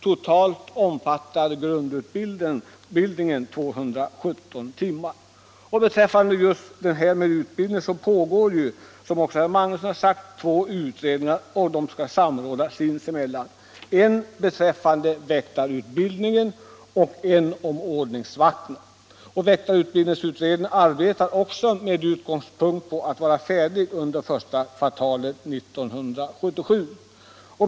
Totalt omfattar grundutbildningen 217 timmar. Beträffande utbildningen pågår, som herr Magnusson anförde, två utredningar, som skall samordnas sinsemellan, nämligen utredningen om väktarutbildning och ordningsvaktsutredningen. Den förstnämnda utredningen arbetar med sikte på att bli färdig med sitt arbete under första kvartalet 1977.